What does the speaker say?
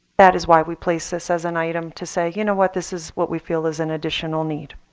that is why we place this as an item to say, you know what? this is what we feel is an additional need.